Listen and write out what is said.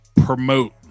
promote